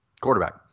Quarterback